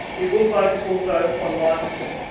it will focus also on licensing.